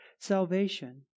salvation